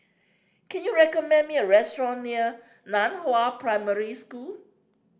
can you recommend me a restaurant near Nan Hua Primary School